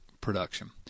production